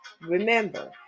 Remember